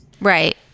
Right